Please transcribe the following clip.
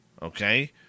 Okay